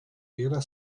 era